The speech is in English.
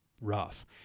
rough